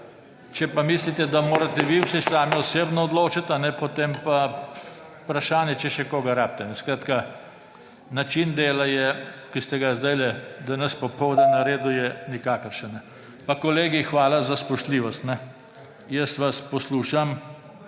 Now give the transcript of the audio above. Če pa mislite, da morate vi sami osebno odločati, potem pa je vprašanje, če še koga rabite. Način dela, ki ste ga danes popoldne naredili, je nikakršen. Pa kolegi, hvala za spoštljivost. Jaz vas poslušam,